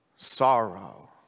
Sorrow